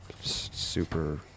Super